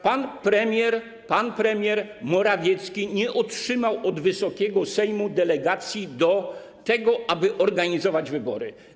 Pan premier Morawiecki nie otrzymał od Wysokiego Sejmu delegacji do tego, aby organizować wybory.